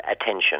attention